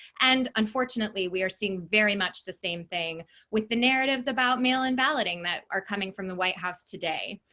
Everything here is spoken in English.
and unfortunately, we are seeing very much the same thing with the narratives about mail-in balloting that are coming from the white house today.